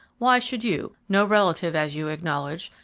why should you, no relative as you acknowledge,